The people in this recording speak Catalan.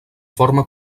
forma